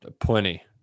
plenty